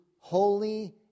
holy